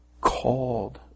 called